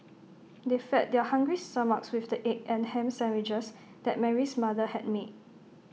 they fed their hungry stomachs with the egg and Ham Sandwiches that Mary's mother had made